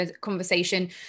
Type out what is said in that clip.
conversation